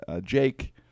Jake